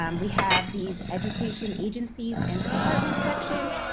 um we have these education agencies and departments section.